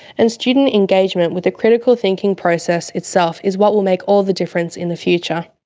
and student engagement with the critical thinking process itself is what will make all the difference in the future.